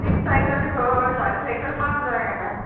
तीन सायकली खंय सादी सायकल पांच हजारांक येता